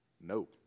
No